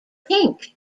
pink